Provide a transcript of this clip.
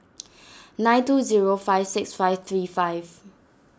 nine two zero five six five three five